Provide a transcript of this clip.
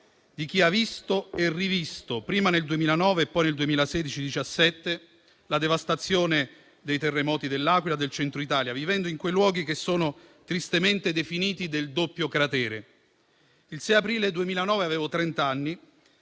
di chi ha visto e rivisto, prima nel 2009 e poi nel 2016-2017, la devastazione dei terremoti di L'Aquila e del Centro Italia, vivendo in quei luoghi che sono tristemente definiti del doppio cratere. Il 6 aprile 2009 avevo trent'anni